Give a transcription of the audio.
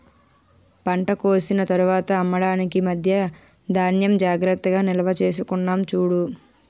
పంట కోసిన తర్వాత అమ్మడానికి మధ్యా ధాన్యం జాగ్రత్తగా నిల్వచేసుకున్నాం చూడు